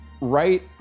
right